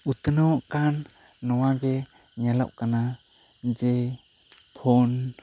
ᱩᱛᱱᱟᱹᱣ ᱟᱠᱟᱱ ᱱᱚᱣᱟ ᱜᱮ ᱧᱮᱞᱚᱜ ᱠᱟᱱᱟ ᱡᱮ ᱯᱷᱳᱱ